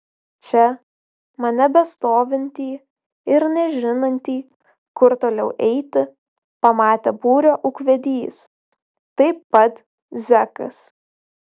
čia mane bestovintį ir nežinantį kur toliau eiti pamatė būrio ūkvedys taip pat zekas